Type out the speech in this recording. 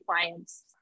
clients